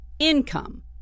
Income